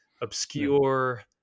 obscure